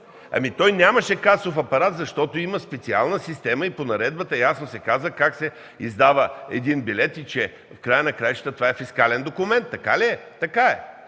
апарат. Нямаше касов апарат, защото има специална система и по наредбата ясно се казва как се издава един билет и че в края на краищата това е фискален документ. Така ли е? Така е!